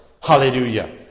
Hallelujah